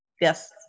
yes